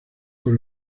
con